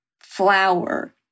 flower